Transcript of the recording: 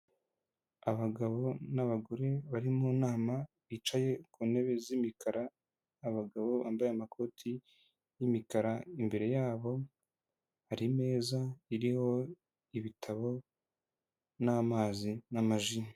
Abagabo n'abagore bari mu nama, bicaye ku ntebe z'imikara abagabo bambaye amakoti y'imikara imbere yabo hari imeza iriho ibitabo n'amazi n'amaji.